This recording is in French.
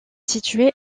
située